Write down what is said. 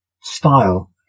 style